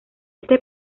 este